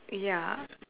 ya